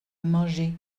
manger